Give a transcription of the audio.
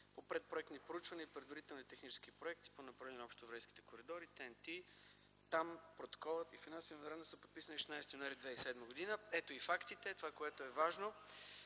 по предпроектни проучвания и предварителни технически проекти по направление на общоевропейските коридори – ТЕНТИ. Там протоколът и финансовият меморандум са подписани на 16 януари 2007 г. Ето и фактите – това, което е важно.